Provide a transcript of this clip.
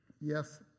Yes